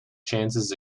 chances